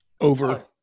Over